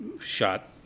shot